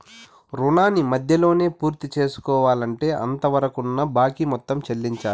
రుణాన్ని మధ్యలోనే పూర్తిసేసుకోవాలంటే అంతవరకున్న బాకీ మొత్తం చెల్లించాలి